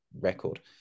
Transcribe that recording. record